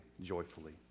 joyfully